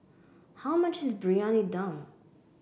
how much is Briyani Dum